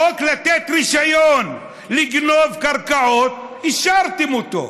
חוק לתת רישיון לגנוב קרקעות, אישרתם אותו.